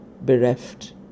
bereft